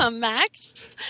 Max